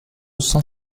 cent